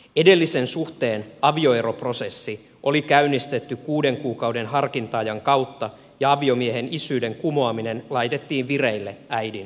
edellisen suhteen avioeroprosessi oli käynnistetty kuuden kuukauden harkinta ajan kautta ja aviomiehen isyyden kumoaminen laitettiin vireille äidin toimesta